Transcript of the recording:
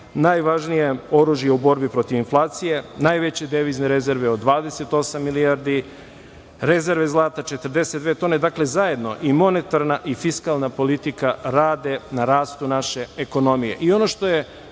najvažnije oružje u borbi protivi inflacije, najveće devizne rezerve od 28 milijardi, rezerve zlata 42 tone. Dakle, zajedno i monetarna i fiskalna politika rade na rastu naše ekonomije i ono što je